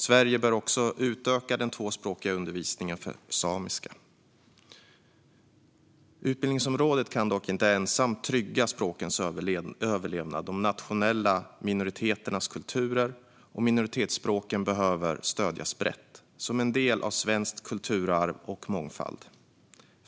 Sverige bör också utöka den tvåspråkiga undervisningen för samiska. Utbildningsområdet kan dock inte ensamt trygga språkens överlevnad. De nationella minoriteternas kulturer och minoritetsspråken behöver stödjas brett som en del av svenskt kulturarv och mångfald.